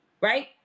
right